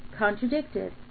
Contradicted